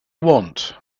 want